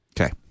Okay